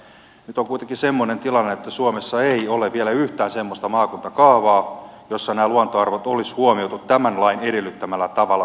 nyt on kuitenkin semmoinen tilanne että suomessa ei ole vielä yhtään semmoista maakuntakaavaa jossa nämä luontoarvot olisi huomioitu tämän lain edellyttämällä tavalla suokohtaisesti